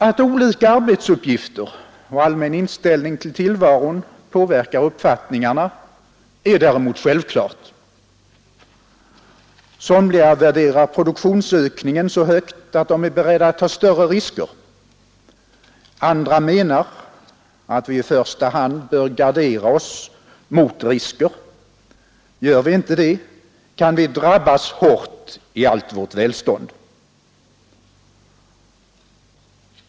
Att olika arbetsuppgifter och allmän inställning till tillvaron påverkar uppfattningarna är däremot självklart. Somliga värderar produktionsökning så högt att de är beredda att ta större risker. Andra menar att vi i första hand bör gardera oss mot risker; gör vi inte det, kan vi drabbas hårt i allt vårt välstånd.